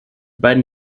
beiden